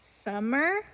Summer